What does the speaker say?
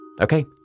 Okay